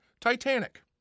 Titanic